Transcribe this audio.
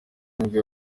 nibwo